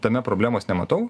tame problemos nematau